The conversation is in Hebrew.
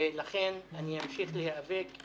ולכן אני אמשיך להיאבק,